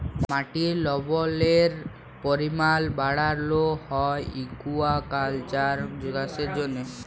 মাটির লবলের পরিমাল বাড়ালো হ্যয় একুয়াকালচার চাষের জ্যনহে